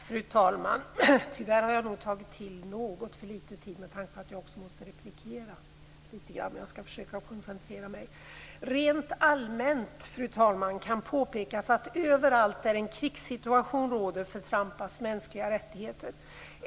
Fru talman! Tyvärr har jag nog tagit till något för lite tid med tanke på att jag också måste replikera lite grann. Men jag skall försöka att koncentrera mig. Rent allmänt, fru talman, kan påpekas att överallt där en krigssituation råder förtrampas mänskliga rättigheter.